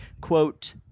quote